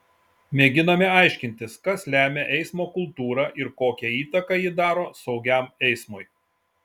mėginame aiškintis kas lemia eismo kultūrą ir kokią įtaką ji daro saugiam eismui